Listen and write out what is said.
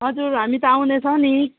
हजुर हामी त आउनेछौँ नि